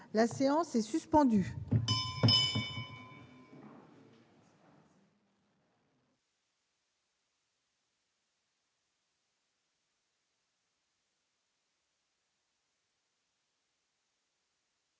La séance est suspendue.